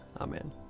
amen